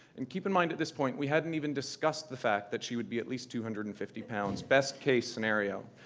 and keep in mind, at this point, we hadn't even discussed the fact that she would be at least two hundred and fifty pounds, best-case scenario.